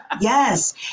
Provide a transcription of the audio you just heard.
yes